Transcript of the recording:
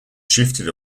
shifted